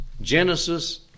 Genesis